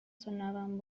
sonaban